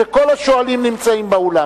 שכל השואלים נמצאים באולם.